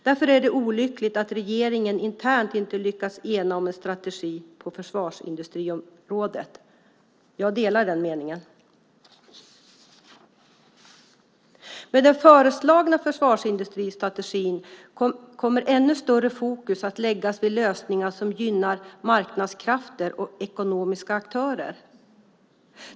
Det är därför olyckligt att regeringen internt inte lyckats enas om en strategi på försvarsindustriområdet." Jag instämmer i utskottets mening. Med den föreslagna försvarsindustristrategin kommer ännu större fokus att läggas vid lösningar som gynnar marknadskrafter och ekonomiska aktörer.